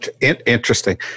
Interesting